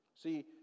See